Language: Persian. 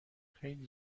خیلی